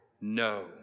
no